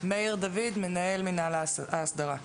דוד, מנהל מינהל ההסדרה.